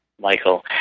Michael